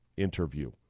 Interview